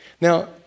Now